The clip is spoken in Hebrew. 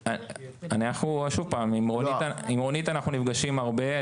עם רונית אנחנו נפגשים הרבה.